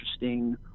interesting